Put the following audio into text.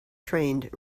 trained